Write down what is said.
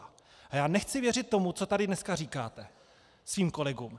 A já nechci věřit tomu, co tady dneska říkáte svým kolegům.